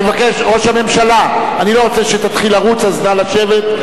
ראש הממשלה, אני לא רוצה שתתחיל לרוץ, אז נא לשבת.